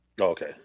Okay